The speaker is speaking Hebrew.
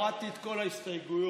הורדתי את כל ההסתייגויות.